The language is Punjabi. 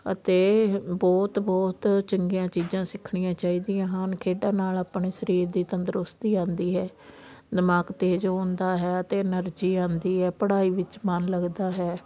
ਅਤੇ ਬਹੁਤ ਬਹੁਤ ਚੰਗੀਆਂ ਚੀਜ਼ਾਂ ਸਿੱਖਣੀਆਂ ਚਾਹੀਦੀਆਂ ਹਨ ਖੇਡਾਂ ਨਾਲ ਆਪਣੇ ਸਰੀਰ ਦੀ ਤੰਦਰੁਸਤੀ ਆਉਂਦੀ ਹੈ ਦਿਮਾਗ ਤੇਜ਼ ਉਹ ਹੁੰਦਾ ਹੈ ਅਤੇ ਐਨਰਜੀ ਆਉਂਦੀ ਹੈ ਪੜ੍ਹਾਈ ਵਿੱਚ ਮਨ ਲੱਗਦਾ ਹੈ